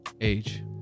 age